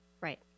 Right